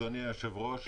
אדוני היושב ראש,